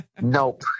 Nope